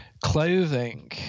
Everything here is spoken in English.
Clothing